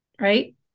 right